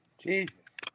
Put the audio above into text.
Jesus